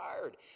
tired